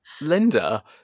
Linda